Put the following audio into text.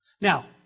Now